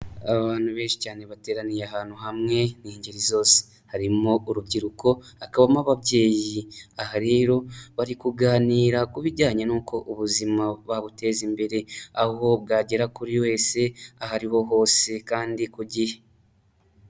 Abantu benshi cyane bateraniye ahantu hamwe ni ingeri zose, harimo urubyiruko, hakabamo ababyeyi. Aha rero bari kuganira ku bijyanye n'uko ubuzima babuteza imbere, aho bwagera kuri wese, ahariho hose kandi ku gihe.